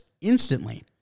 instantly